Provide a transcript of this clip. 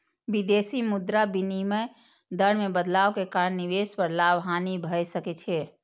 विदेशी मुद्रा विनिमय दर मे बदलाव के कारण निवेश पर लाभ, हानि भए सकै छै